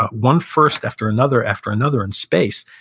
ah one first after another after another in space,